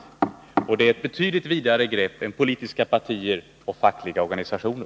Och det handlar om ett betydligt vidare begrepp än politiska partier och fackliga organisationer.